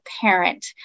parent